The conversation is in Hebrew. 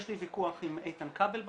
יש לי ויכוח עם איתן כבל בנושא,